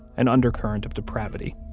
an undercurrent of depravity